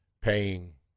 paying